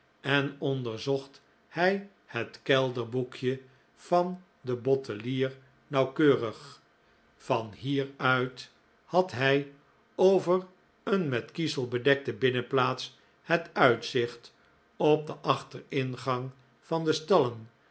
en onderzocht hij het kelderboekje van den bottelier nauwkeurig van hieruit had hij over een met kiezel bedekte binnenplaats het uitzicht op den achteringang van de stallen